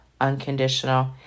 unconditional